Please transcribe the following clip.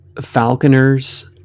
falconers